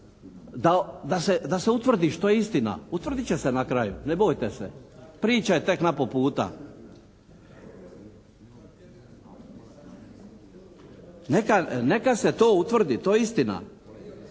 da se utvrdi što je istina, utvrdit će se na kraju, ne bojte se. Priča je tek na po puta. Neka se to utvrdi, to je istina.